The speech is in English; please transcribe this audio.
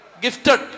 Gifted